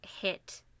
hit